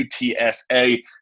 UTSA